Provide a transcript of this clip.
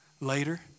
later